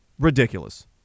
ridiculous